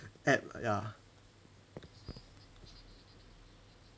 app ya